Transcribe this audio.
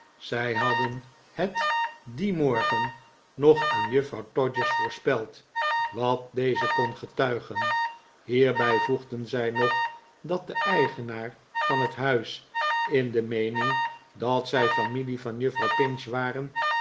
zij hadden het dien morgen nog aan juffrouw todgers voorspeld wat deze kon getuigen hierbij voegden zij nog dat de eigenaar van het huis in de meening dat zij familie van juffrouw pinch waren